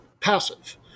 passive